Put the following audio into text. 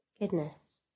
Goodness